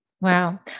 Wow